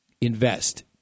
invest